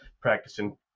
practicing